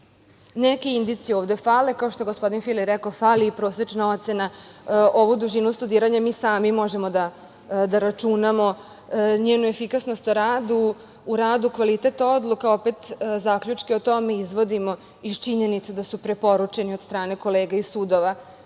Neke indicije ovde fale, kao što je gospodin Fila rekao, fali i prosečna ocena. Ovu dužinu studiranja mi sami možemo da računamo, njenu efikasnost u radu, kvalitet odluka. Opet zaključke o tome izvodimo iz činjenice da su preporučeni od strane kolega i sudova